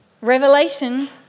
revelation